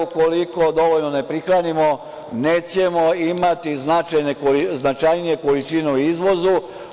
Ukoliko dovoljno ne prihranimo nećemo imati značajnije količine u izvozu.